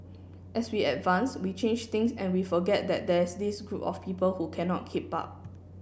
as we advance we change things and we forget that there's this group of people who cannot keep up